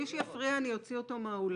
מי שיפריע אני אוציא אותו מהאולם.